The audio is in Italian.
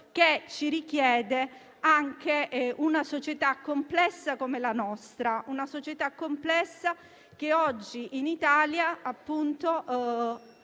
ci richiede una società complessa come la nostra; una società complessa che oggi in Italia manca